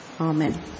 Amen